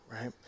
right